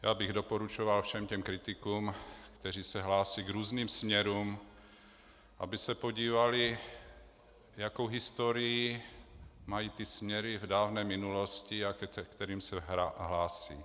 Já bych doporučoval všem těm kritikům, kteří se hlásí k různým směrům, aby se podívali, jakou historii mají ty směry v dávné minulosti a ke kterým se hlásí.